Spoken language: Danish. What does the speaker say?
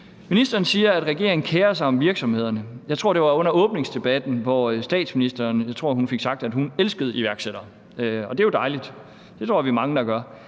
Ministeren siger, at regeringen kerer sig om virksomhederne. Jeg tror, at det var under åbningsdebatten, at statsministeren fik sagt, at hun elskede iværksættere, og det er jo dejligt. Det tror jeg vi er mange der gør.